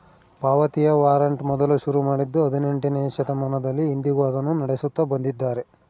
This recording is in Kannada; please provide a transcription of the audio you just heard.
ಪಾವತಿಯ ವಾರಂಟ್ ಮೊದಲು ಶುರು ಮಾಡಿದ್ದೂ ಹದಿನೆಂಟನೆಯ ಶತಮಾನದಲ್ಲಿ, ಇಂದಿಗೂ ಅದನ್ನು ನಡೆಸುತ್ತ ಬಂದಿದ್ದಾರೆ